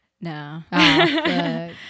no